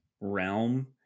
realm